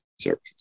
services